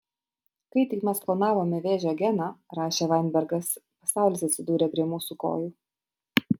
kai tik mes klonavome vėžio geną rašė vainbergas pasaulis atsidūrė prie mūsų kojų